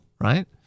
right